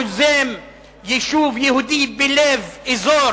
אתה יוזם יישוב יהודי בלב אזור